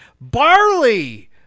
barley